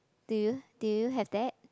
do you do you have that